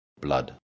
blood